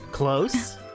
Close